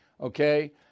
okay